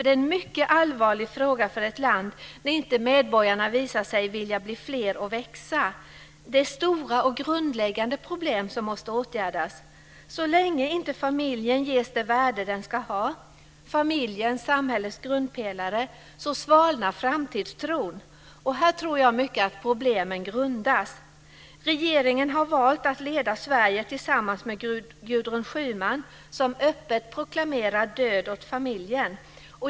Det är en mycket allvarlig fråga för ett land när inte medborgarna visar sig vilja bli fler och växa. Det är stora och grundläggande problem som måste åtgärdas. Så länge inte familjen ges det värde den ska ha - familjen, samhällets grundpelare - svalnar framtidstron. Jag tror att det är här problemen grundas. Regeringen har valt att leda Sverige tillsammans med Gudrun Schyman som öppet proklamerar "död åt familjen".